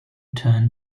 turn